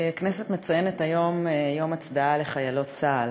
הכנסת מציינת היום יום הצדעה לחיילות צה"ל,